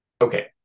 okay